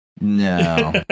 No